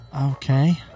okay